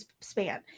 span